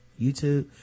YouTube